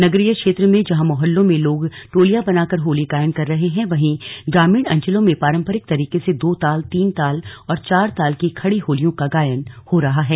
नगरीय क्षेत्र में जहाँ मोहल्लों में लोग टोलियां बनाँकर होली गायन कर रहे हैं वहीं ग्रामीण अंचलों में पारंपरिक तरीके से दो ताल तीन ताल और चार ताल की खडी होलियों का गायन हो रहा है